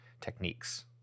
techniques